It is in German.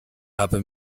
habe